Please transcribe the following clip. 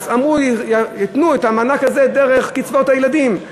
אמרו: ייתנו את המענק הזה דרך קצבאות הילדים.